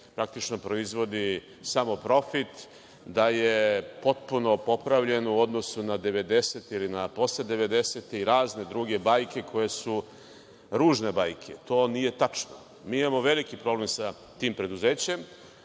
praktično proizvodi samo profit, da je potpuno popravljen u odnosu na 90-te ili na posle 90-te, i razne druge bajke koje su ružne bajke? To nije tačno. Mi imamo veliki problem sa tim preduzećem,